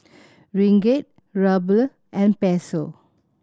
Ringgit Ruble and Peso